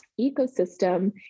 ecosystem